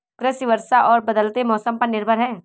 कृषि वर्षा और बदलते मौसम पर निर्भर है